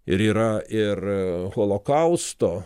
ir yra ir holokausto